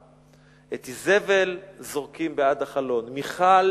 את איזבל זורקים בעד החלון, מיכל